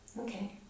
Okay